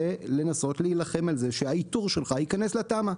לנסות להילחם על זה שהאיתור שלך ייכנס לתמ"א.